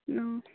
অঁ